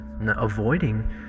avoiding